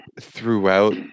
throughout